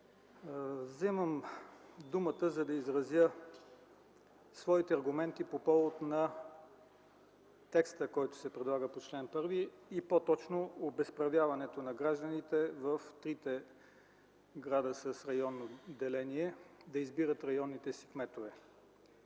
вземам думата, за да изразя своите аргументи по повод текста, който се предлага по чл. 1, по-точно обезправяването на гражданите в трите града с районно деление да избират районните си кметове.